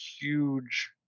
huge